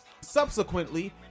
Subsequently